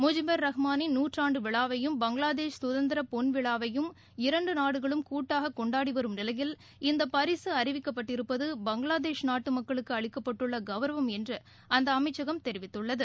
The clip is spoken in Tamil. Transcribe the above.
முஜிபுர் ரஹ்மானின் நூற்றாண்டு விழாவையும் பங்களாதேஷ் சுதந்திர பொன் விழாவையும் இரண்டு நாடுகளும் கூட்டாக கொண்டாடி வரும் நிலையில் இந்த பரிசு அறிவிக்கப்பட்டிருப்பது பங்களாதேஷ் நாட்டு மக்களுக்கு அளிக்கப்பட்டுள்ள கவுரவம் என்று அந்த அமைச்சகம் தெரிவித்துள்ளது